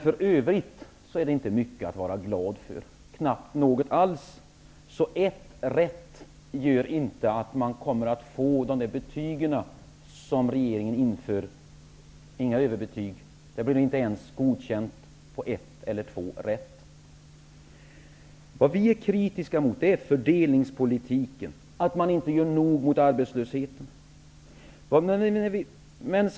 För övrigt är det inte mycket att vara glad över; knappt något alls. Ett rätt gör inte att man kommer att få de betyg som regeringen inför; det blir inga överbetyg, det blir inte ens godkänt. Vi är kritiska mot fördelningspolitiken; att man inte gör tillräckligt mot arbetslösheten.